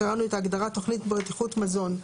קראנו את ההגדרה תוכנית בטיחות מזון.